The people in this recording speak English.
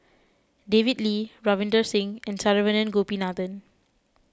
David Lee Ravinder Singh and Saravanan Gopinathan